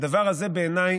והדבר הזה בעיניי